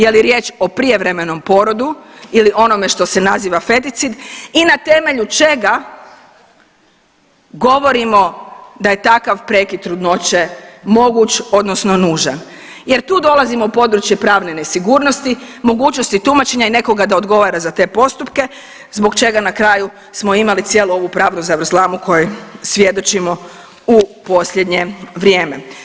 Je li riječ o prijevremenom porodu ili onome što se naziva feticid i na temelju čega govorimo da je takav prekid trudnoće moguć odnosno nužan jer tu dolazimo u područje pravne nesigurnosti, mogućnosti tumačenja i nekoga da odgovara za te postupke, zbog čega na kraju smo imali cijelu ovu pravnu zavrzlamu kojoj svjedočimo u posljednje vrijeme.